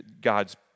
God's